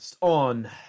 on